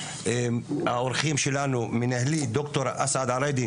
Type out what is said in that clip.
האורחים שלנו, ד"ר אסעד עראידה